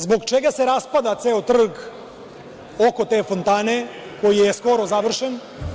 Zbog čega se raspada ceo Trg oko te fontane, koji je skoro završen?